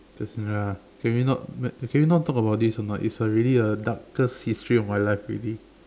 just nah can we not can we not talk about this or not it's already a darkest history of my life already